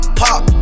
pop